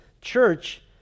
Church